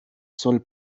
soll